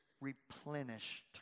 replenished